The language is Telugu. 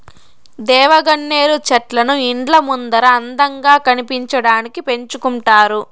దేవగన్నేరు చెట్లను ఇండ్ల ముందర అందంగా కనిపించడానికి పెంచుకుంటారు